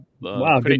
Wow